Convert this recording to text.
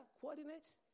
coordinates